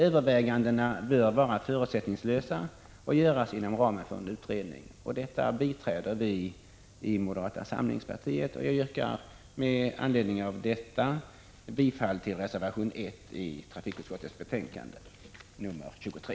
Övervägandena bör vara förutsättningslösa och göras inom ramen för en utredning.” Detta biträder vi i moderata samlingspartiet, och jag yrkar med anledning därav bifall till reservation 1 i trafikutskottets betänkande nr 23.